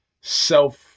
self